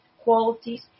qualities